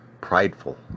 prideful